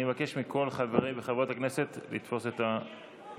אני מבקש מכל חברי וחברות הכנסת לתפוס את המקומות.